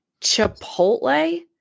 Chipotle